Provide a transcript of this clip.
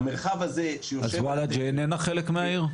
המרחב הזה שיושבת שם --- אז וולאג'ה איננה חלק מהעיר?